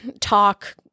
talk